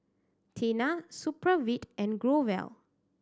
Tena Supravit and Growell